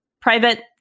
private